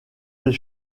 des